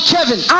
Kevin